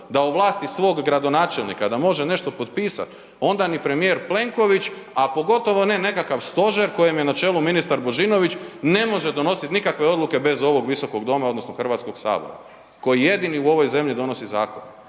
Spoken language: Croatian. da u vlasti svog gradonačelnika, da može nešto potpisat, onda ni premijer Plenković, a pogotovo ne nekakav stožer kojem je na čelu ministar Božinović ne može donosit nikakve odluke bez ovog Visokog doma, odnosno Hrvatskog sabora koji jedini u ovoj zemlji donosi zakon.